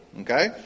Okay